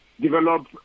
develop